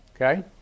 Okay